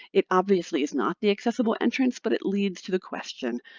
it obviously is not the accessible entrance, but it leads to the question,